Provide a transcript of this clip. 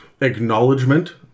acknowledgement